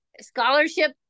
scholarship